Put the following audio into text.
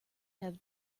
have